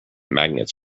magnets